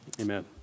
Amen